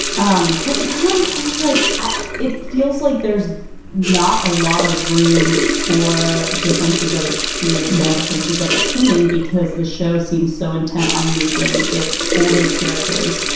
um but now i'm kind of like it feels like there's not a lot of room for. differences of experience and differences of opinion, because the show seems so intent on making its older characters,